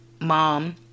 mom